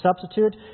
substitute